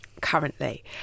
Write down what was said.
currently